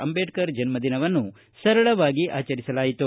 ಅಂದೇಡ್ಕರ ಜನ್ಮದಿನವನ್ನು ಸರಳವಾಗಿ ಆಚರಿಸಲಾಯಿತು